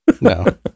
No